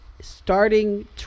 starting